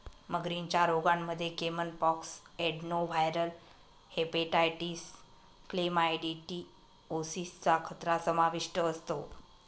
मगरींच्या रोगांमध्ये caiman pox, adenoviral hepatitis, chlamydiosis चा खतरा समाविष्ट असतो